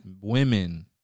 women